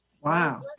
Wow